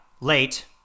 late